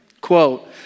Quote